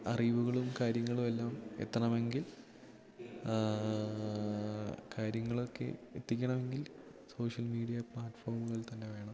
അറിവുകളും കാര്യങ്ങളുമെല്ലാം എത്തണമെങ്കിൽ കാര്യങ്ങളൊക്കെ എത്തിക്കണമെങ്കിൽ സോഷ്യൽ മീഡിയ പ്ലാറ്റ്ഫോമുകൾ തന്നെ വേണം